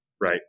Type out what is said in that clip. right